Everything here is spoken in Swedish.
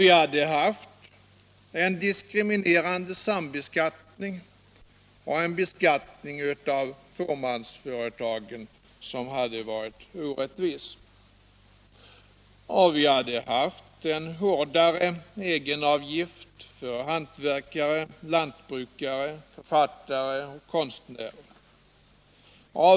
Vi hade haft en diskriminerande sambeskattning och en beskattning av fåmansföretagen som varit orättvis, och vi hade haft en hårdare egenavgift för hantverkare, lantbrukare, författare och konstnärer.